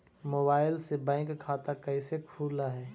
Mobile से bank खाता कैसे खुल है?